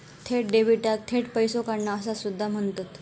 थेट डेबिटाक थेट पैसो काढणा असा सुद्धा म्हणतत